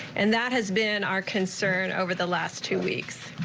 and that has been our concern over the last two weeks.